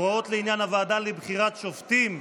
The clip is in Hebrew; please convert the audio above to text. (הוראות לעניין הוועדה לבחירת שופטים),